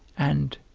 and,